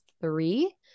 three